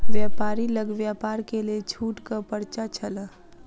व्यापारी लग व्यापार के लेल छूटक पर्चा छल